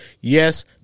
Yes